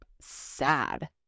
sad